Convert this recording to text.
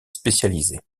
spécialisées